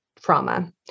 trauma